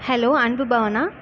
hello அன்புபவனா